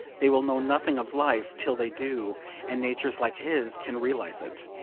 they will know nothing of life till they do and natures like his can realise it.